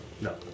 No